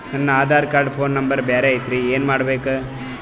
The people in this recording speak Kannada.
ನನ ಆಧಾರ ಕಾರ್ಡ್ ಫೋನ ನಂಬರ್ ಬ್ಯಾರೆ ಐತ್ರಿ ಏನ ಮಾಡಬೇಕು?